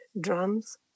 drums